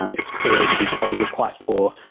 um it's clear that she is probably quite poor.